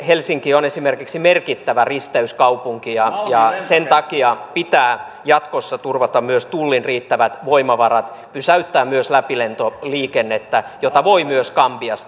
helsinki on esimerkiksi merkittävä risteyskaupunki ja sen takia pitää jatkossa turvata myös tullin riittävät voimavarat pysäyttää läpilentoliikennettä jota voi myös esimerkiksi gambiasta tulla